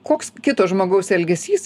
koks kito žmogaus elgesys